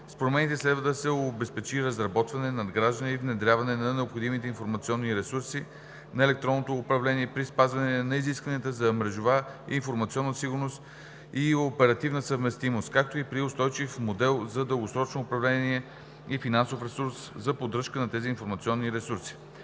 С промените следва да се обезпечи разработване, надграждане и внедряване на необходимите информационни ресурси на електронното управление при спазване на изискванията за мрежова и информационна сигурност и оперативна съвместимост, както и при устойчив модел за дългосрочно управление и финансов ресурс за поддръжка на тези информационни ресурси.